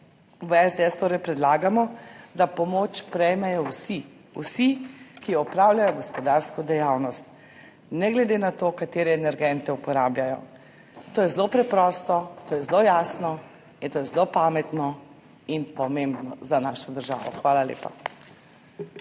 V SDS torej predlagamo, da pomoč prejmejo vsi, ki opravljajo gospodarsko dejavnost, ne glede na to, katere energente uporabljajo. To je zelo preprosto, to je zelo jasno in to je zelo pametno in pomembno za našo državo. Hvala lepa.